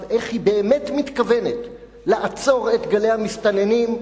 איך היא באמת מתכוונת לעצור את גלי המסתננים,